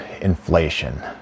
inflation